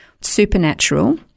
supernatural